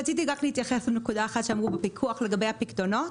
רציתי להתייחס לנקודה אחת שאמרו בפיקוח לגבי הפיקדונות.